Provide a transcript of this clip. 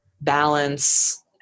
balance